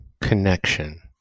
connection